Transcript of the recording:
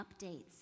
updates